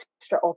extra